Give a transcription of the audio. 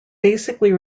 basically